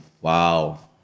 wow